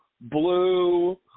blue